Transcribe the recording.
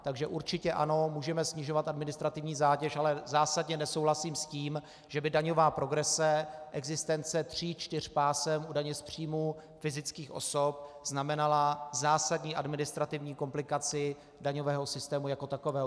Takže určitě ano, můžeme snižovat administrativní zátěž, ale v zásadě nesouhlasím s tím, že by daňová progrese, existence tří čtyř pásem daně z příjmu fyzických osob, znamenala zásadní administrativní komplikaci daňového systému jako takového.